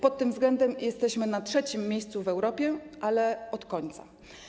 Pod tym względem jesteśmy na trzecim miejscu w Europie, ale od końca.